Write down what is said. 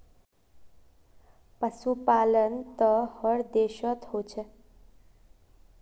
पशुपालन त हर देशत ह छेक